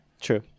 True